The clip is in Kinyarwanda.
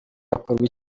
hakorwa